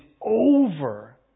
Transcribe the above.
over